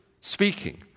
speaking